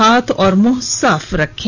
हाथ और मुंह साफ रखें